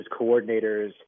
coordinators